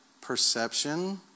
perception